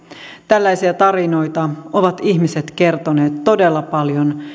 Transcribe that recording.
tällaisia tarinoita ovat ihmiset kertoneet todella paljon